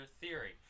theory